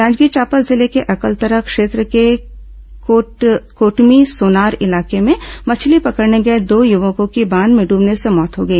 जांजगीर चांपा जिले के अकलतरा क्षेत्र के कोटमीसोनार इलाके में मछली पकड़ने गए दो युवकों की बांध में डूबने से मौत हो गई